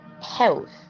health